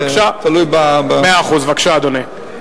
בבקשה, אדוני.